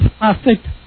perfect